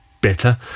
better